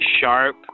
sharp